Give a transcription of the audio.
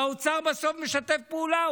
והאוצר בסוף משתף פעולה.